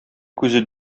күзе